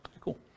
Cool